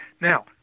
Now